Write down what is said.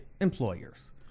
employers